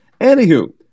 anywho